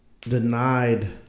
denied